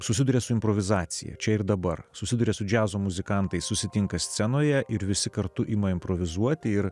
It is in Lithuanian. susiduria su improvizacija čia ir dabar susiduria su džiazo muzikantai susitinka scenoje ir visi kartu ima improvizuoti ir